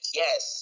yes